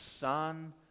Son